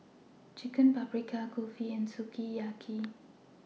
Chicken Paprikas Kulfi and Sukiyaki